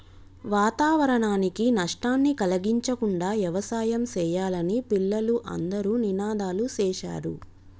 వాతావరణానికి నష్టాన్ని కలిగించకుండా యవసాయం సెయ్యాలని పిల్లలు అందరూ నినాదాలు సేశారు